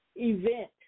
event